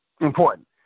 important